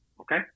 Okay